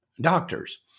doctors